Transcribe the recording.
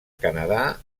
canadà